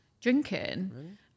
drinking